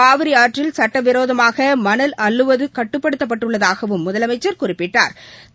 காவிரி ஆற்றில் சட்டவிரோதமாக மணல் அள்ளுவது கட்டுப்படுத்தப்பட்டுள்ளதாகவும் முதலமைச்சர் குறிப்பிட்டாள்